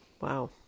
Wow